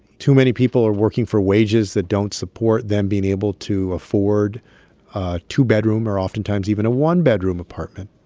too many people are working for wages that don't support them being able to afford a two-bedroom or oftentimes even a one-bedroom apartment.